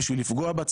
כדי לפגוע בה,